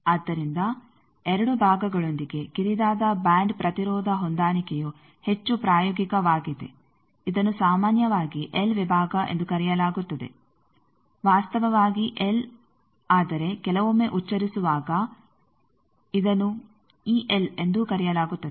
ಆದ್ದರಿಂದ 2 ಭಾಗಗಳೊಂದಿಗೆ ಕಿರಿದಾದ ಬ್ಯಾಂಡ್ ಪ್ರತಿರೋಧ ಹೊಂದಾಣಿಕೆಯು ಹೆಚ್ಚು ಪ್ರಾಯೋಗಿಕವಾಗಿದೆ ಇದನ್ನು ಸಾಮಾನ್ಯವಾಗಿ ಎಲ್ ವಿಭಾಗ ಎಂದು ಕರೆಯಲಾಗುತ್ತದೆ ವಾಸ್ತವವಾಗಿ ಎಲ್ ಆದರೆ ಕೆಲವೊಮ್ಮೆ ಉಚ್ಚರಿಸುವಾಗ ಇದನ್ನು ಈಎಲ್ ಎಂದೂ ಕರೆಯಲಾಗುತ್ತದೆ